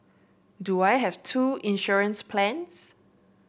do I have two insurance plans